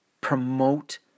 promote